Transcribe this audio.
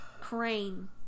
Crane